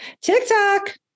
TikTok